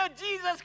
Jesus